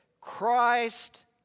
Christ